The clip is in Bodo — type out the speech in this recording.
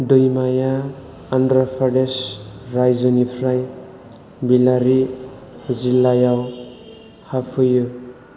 दैमाआ आन्ध्र' प्रदेश रायजोनिफ्राय बेल्लारि जिल्लायाव हाबहैयो